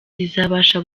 zizabafasha